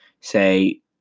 say